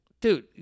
Dude